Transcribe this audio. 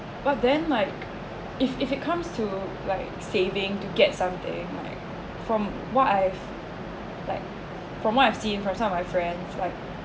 but then like if it comes to like saving to get something like from what I've like from what I see from some of my friends like